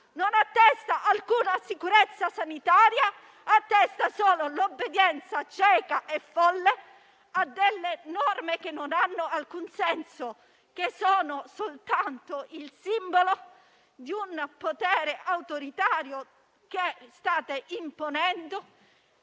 non attesta alcuna sicurezza sanitaria: attesta solo l'obbedienza cieca e folle a norme che non hanno alcun senso, che sono soltanto il simbolo di un potere autoritario che state imponendo.